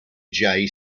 jay